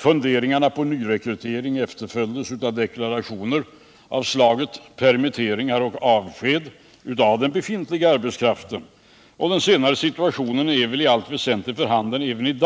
Funderingarna på nyrekrytering efterföljdes av deklarationer av slaget permitteringar och avsked av den befintliga arbetskraften, och den senare situationen är väl i allt väsentligt för handen även